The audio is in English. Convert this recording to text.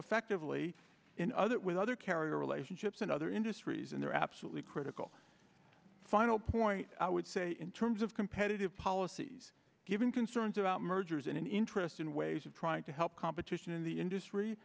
effectively in other with other carrier relationships and other industries and they're absolutely critical final point i would say in terms of competitive policies given concerns about mergers and in interesting ways of trying to help competition in the industry